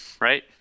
right